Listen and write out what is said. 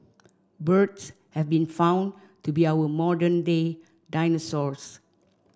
birds have been found to be our modern day dinosaurs